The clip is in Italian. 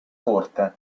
corte